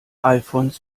alfons